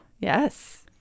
Yes